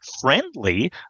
friendly